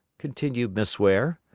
continued miss ware.